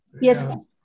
Yes